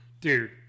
Dude